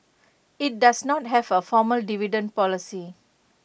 IT does not have A formal dividend policy